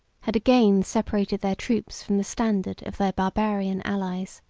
had again separated their troops from the standard of their barbarian allies.